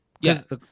Yes